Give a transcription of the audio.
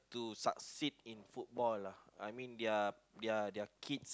to succeed in football lah I mean their their their kid